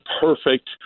perfect